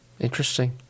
Interesting